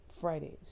Fridays